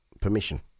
permission